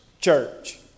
church